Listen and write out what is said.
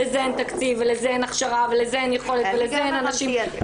לזה אין תקציב ולזה אין הכשרה ולזה אין יכולת ולזה אין אנשים.